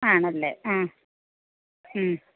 ആണല്ലേ ആ മ്മ്